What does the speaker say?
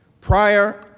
prior